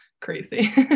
crazy